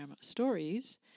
stories